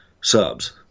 subs